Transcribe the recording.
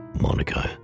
Monaco